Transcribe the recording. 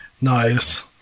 nice